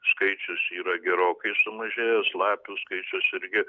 skaičius yra gerokai sumažėjus lapių skaičius irgi